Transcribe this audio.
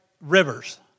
rivers